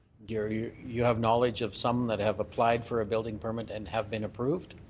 yeah you you have knowledge of some that have applied for a building permit and have been approved?